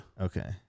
Okay